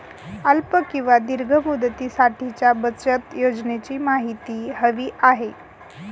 अल्प किंवा दीर्घ मुदतीसाठीच्या बचत योजनेची माहिती हवी आहे